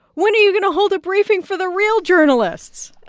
when are you going to hold a briefing for the real journalists?